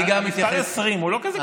המספר 20 הוא לא כזה קדוש.